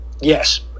Yes